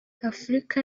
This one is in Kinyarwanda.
afurika